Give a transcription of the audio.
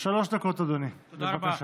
שלוש דקות, אדוני, בבקשה.